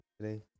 today